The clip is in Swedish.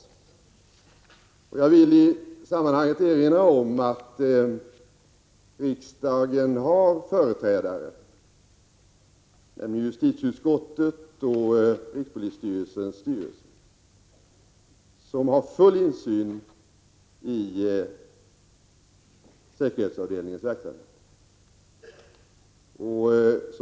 Jag vill i sammanhanget erinra om att riksdagen har företrädare, i justitieutskottet och i rikspolisstyrelsens styrelse, vilka har full insyn i säkerhetsavdelnings verksamhet.